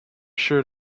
shirt